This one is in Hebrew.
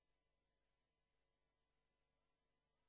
ההורסים